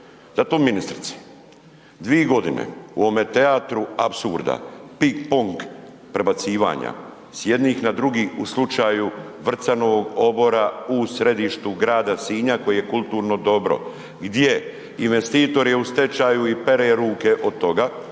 Zato ministrice, dvi godine u ovome teatru apsurda ping pong prebacivanja s jednih na drugih u slučaju Vrcanovog obora u središtu grada Sinja koji je kulturno dobro, gdje investitor je u stečju i pere ruke od toga,